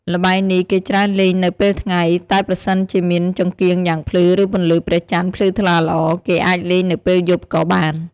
ល្បែងនេះគេច្រើនលេងនៅពេលថ្ងៃ តែប្រសិនជាមានចង្កៀងយ៉ាងភ្លឺ រឺ ពន្លឺព្រះចន្ទភ្លឺថ្លាល្អ គេអាចលេងនៅពេលយប់ក៏បាន។